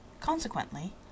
Consequently